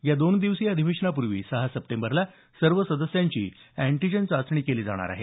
या दोन दिवसीय अधिवेशनापूर्वी सहा सप्टेंबरला सर्व सदस्यांची अँटीजन चाचणी केली जाणार आहे